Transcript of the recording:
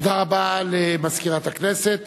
תודה רבה למזכירת הכנסת.